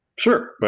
sure. but